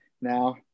now